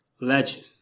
Legend